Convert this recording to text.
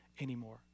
anymore